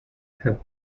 have